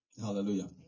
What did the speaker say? Hallelujah